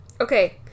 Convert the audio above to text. Okay